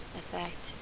effect